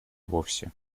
вовсе